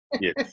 yes